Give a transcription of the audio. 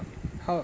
how